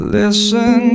listen